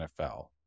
NFL